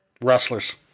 Wrestlers